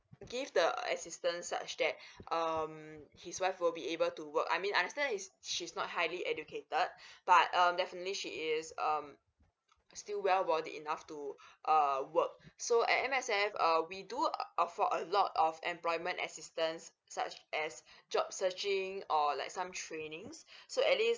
give the assistance such that um his wife will be able to work I mean understand he's she's not highly educated but um definitely she is um still well bodied enough to err work so at M_S_F uh we do offer a lot of employment assistance such as job searching or like some trainings so at least